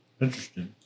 Interesting